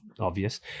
Obvious